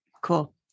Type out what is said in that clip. cool